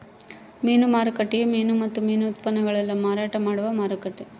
ಮೀನು ಮಾರುಕಟ್ಟೆಯು ಮೀನು ಮತ್ತು ಮೀನು ಉತ್ಪನ್ನಗುಳ್ನ ಮಾರಾಟ ಮಾಡುವ ಮಾರುಕಟ್ಟೆ